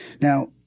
Now